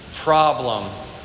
problem